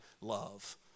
love